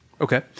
Okay